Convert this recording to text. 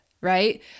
right